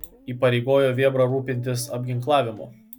įpareigojo vėbrą rūpintis apginklavimu